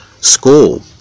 school